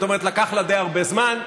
לקח לה די הרבה זמן,